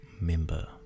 member